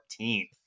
14th